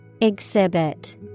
Exhibit